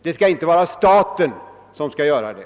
Det är inte staten som skall göra det.